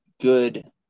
good